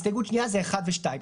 הסתייגות שנייה זה אחד ושניים,